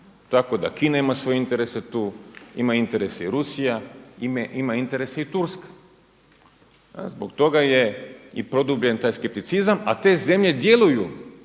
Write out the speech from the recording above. tako da Kina ima svoje interese tu, ima interese i Rusija, ima interese i Turska pa zbog toga je i produbljen taj skepticizam, a te zemlje djeluju